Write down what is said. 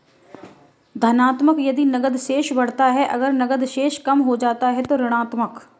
धनात्मक यदि नकद शेष बढ़ता है, अगर नकद शेष कम हो जाता है तो ऋणात्मक